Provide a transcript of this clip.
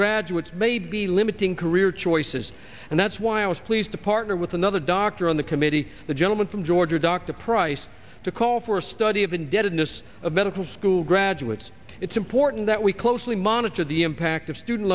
graduates may be limiting career choices and that's why i was pleased to partner with another doctor on the committee the gentleman from georgia dr pryce to call for a study of indebtedness of medical school graduates it's important that we closely monitor the impact of student